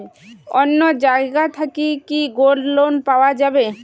অন্য জায়গা থাকি কি গোল্ড লোন পাওয়া যাবে?